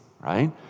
right